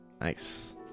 Nice